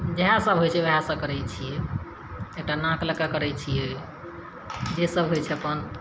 जहए सभ होइत छै ओहए सभ करैत छियै एकटा नाक लऽ कऽ करैत छियै जे सभ होइत छै अपन